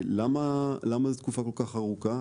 למה זאת תקופה כל כך ארוכה?